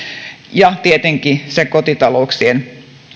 ja tietenkin se kotitalouksien